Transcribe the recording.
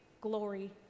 glory